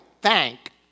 thank